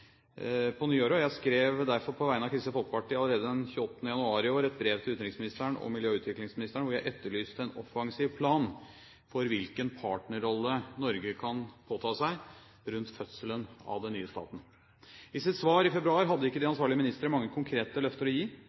på nyåret, og jeg skrev derfor på vegne av Kristelig Folkeparti allerede den 28. januar i år et brev til utenriksministeren og miljø- og utviklingsministeren, hvor jeg etterlyste en offensiv plan for hvilken partnerrolle Norge kan påta seg rundt fødselen av den nye staten. I sitt svar i februar hadde ikke de ansvarlige ministre mange konkrete løfter å gi,